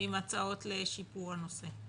עם הצעות לשיפור הנושא.